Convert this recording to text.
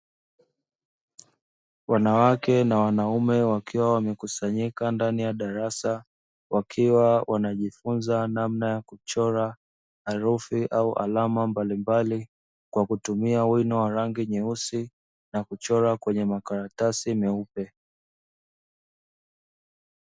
Wanawake na wanaume wakiwa wamekusanyika ndani ya darasa, wakiwa wanajifunza namna ya kuchora herufi au alama mbalimbali, kwa kutumia wino wa rangi nyeusi na kuchora kwenye makaratasi meupe.